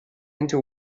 into